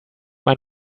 mein